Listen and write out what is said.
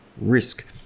risk